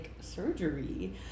surgery